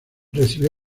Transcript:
recibió